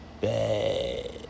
bad